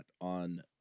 on